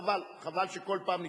חבל, חבל שכל פעם נתמודד,